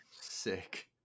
Sick